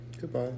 Goodbye